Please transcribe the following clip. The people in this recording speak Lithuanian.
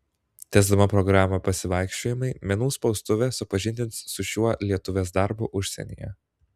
tęsdama programą pasivaikščiojimai menų spaustuvė supažindins su šiuo lietuvės darbu užsienyje